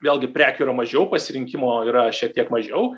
vėlgi prekių yra mažiau pasirinkimo yra šiek tiek mažiau